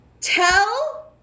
tell